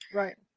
right